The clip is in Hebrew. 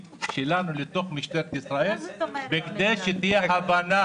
שלנו לתוך משטרת ישראל בכדי שתהיה הבנה.